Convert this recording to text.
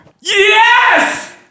Yes